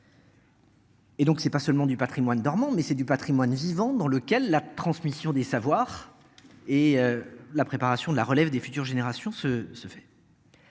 Et donc c'est pas seulement du Patrimoine dormant mais c'est du Patrimoine vivant dans lequel la transmission des savoirs et la préparation de la relève des futures générations se se fait.